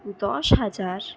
দশ হাজার